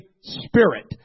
spirit